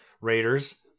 Raiders